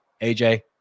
aj